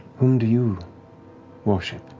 whom do you worship?